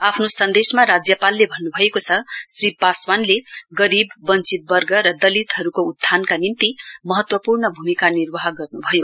आफ्नो सन्देशमा राज्यपालले भन्नुभएको छ श्री पासवासले गरीब वश्वितवर्ग र दलितहरूको उत्थानका निम्ति महत्वपूर्ण भूमिका निर्वाह गर्नुभयो